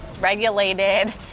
regulated